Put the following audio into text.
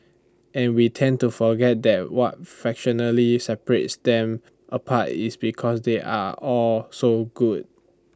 and we tend to forget that what fractionally separates them apart is because they are all so good